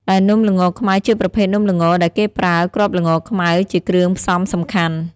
ដែលនំល្ងខ្មៅជាប្រភេទនំល្ងដែលគេប្រើ គ្រាប់ល្ងខ្មៅ ជាគ្រឿងផ្សំសំខាន់។